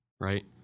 right